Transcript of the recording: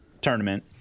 tournament